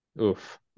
Oof